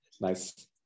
nice